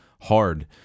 hard